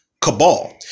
Cabal